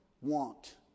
want